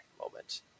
moment